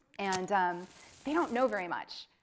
and um they don't know very much.